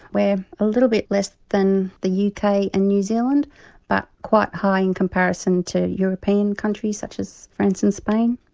we are a little bit less than the yeah uk and new zealand but quite high in comparison to european countries such as france and spain.